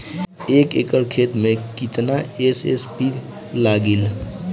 एक एकड़ खेत मे कितना एस.एस.पी लागिल?